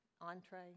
entree